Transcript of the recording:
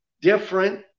different